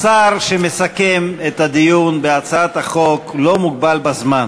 השר שמסכם את הדיון בהצעת החוק לא מוגבל בזמן.